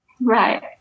Right